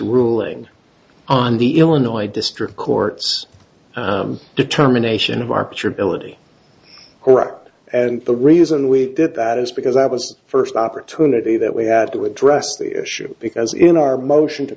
ruling on the illinois district court's determination of our pitcher billeted correct and the reason we did that is because i was first opportunity that we had to address the issue because in our motion to